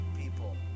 people